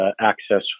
access